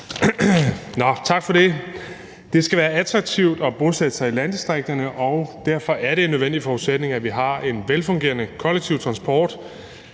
Tak for det. Det skal være attraktivt at bosætte sig i landdistrikterne, og derfor er det en nødvendig forudsætning, at vi har en velfungerende kollektiv transport.